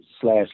slash